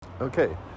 Okay